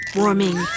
warming